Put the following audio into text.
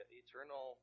eternal